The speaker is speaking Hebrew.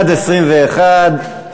ועדת הכלכלה על